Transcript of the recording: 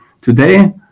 Today